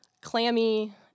clammy